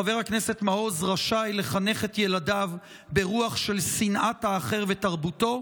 חבר הכנסת מעוז רשאי לחנך את ילדיו ברוח של שנאת האחר ותרבותו,